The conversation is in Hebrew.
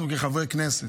אנחנו, כחברי כנסת,